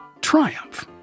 triumph